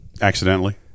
accidentally